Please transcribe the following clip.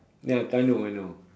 ya I know I know